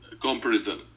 comparison